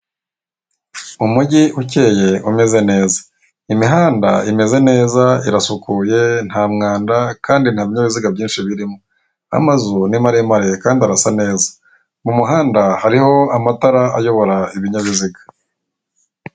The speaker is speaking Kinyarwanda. Umugi ukeye umeze neza imihanda imeze neza irasukuye, nta mwanda kandi nta binyabiziga byinshi birimo. Amazu ni maremare kandi arasa neza. Mu muhanda hariho amatara ayobora ibinyabiziga.